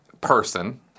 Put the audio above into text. person